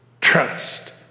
trust